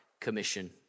commission